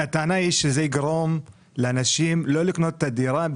היא שזה יגרום לאנשים לא לקנות את הדירה,